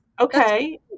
Okay